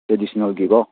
ꯇ꯭ꯔꯦꯗꯤꯁꯅꯦꯜꯒꯤ ꯀꯣ